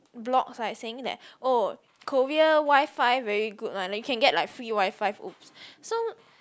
blogs right saying that oh Korea WiFi very good one like you can get free WiFi !whoops! so